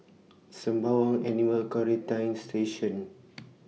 Sembawang Animal Quarantine Station